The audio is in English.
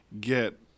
Get